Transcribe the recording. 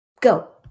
Go